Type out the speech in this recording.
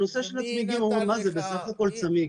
הנושא של הצמיגים, אומרים מה זה, בסך הכל צמיג.